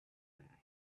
bag